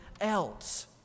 else